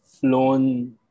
flown